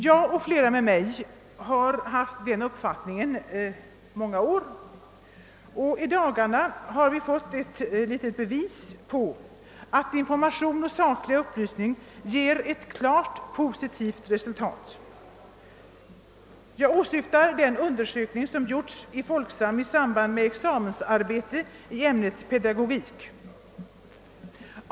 Jag och flera med mig har alltid haft den uppfattningen, och i da En omvärdering av kvinnans roll i samhället garna har vi fått bevis på att information och saklig upplysning ger ett klart positivt resultat. Jag åsyftar den undersökning som gjorts i Folksam i samband med ett examensarbete i pedagogik.